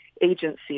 agency